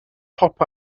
pop